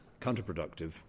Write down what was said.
counterproductive